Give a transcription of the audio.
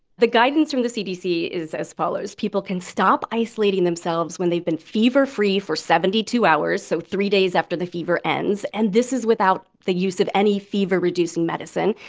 the guidance from the cdc is as follows. people can stop isolating themselves when they've been fever-free for seventy two hours so three days after the fever ends. and this is without the use of any fever-reducing medicine.